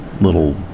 Little